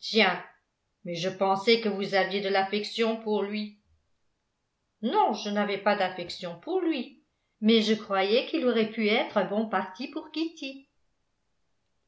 tiens mais je pensais que vous aviez de l'affection pour lui non je n'avais pas d'affection pour lui mais je croyais qu'il aurait pu être un bon parti pour kitty